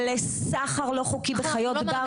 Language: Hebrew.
על סחר לא חוקי בחיות בר,